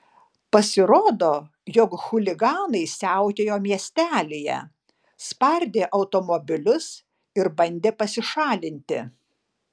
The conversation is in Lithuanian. pasirodo jog chuliganai siautėjo miestelyje spardė automobilius ir bandė pasišalinti